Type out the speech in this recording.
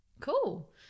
cool